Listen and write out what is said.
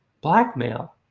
blackmail